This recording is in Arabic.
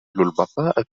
البقاء